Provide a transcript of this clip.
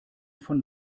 von